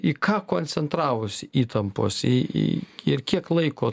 į ką koncentravosi įtampos į į ir kiek laiko